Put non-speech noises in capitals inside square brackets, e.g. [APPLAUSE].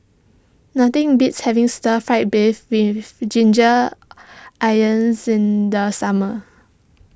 nothing beats having Stir Fried Beef with Ginger [UNINTELLIGIBLE] in the summer